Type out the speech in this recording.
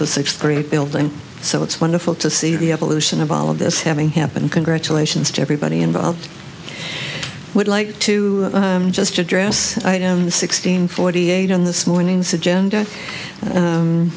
the sixth great building so it's wonderful to see the evolution of all of this having happened congratulations to everybody involved i would like to just address the sixteen forty eight on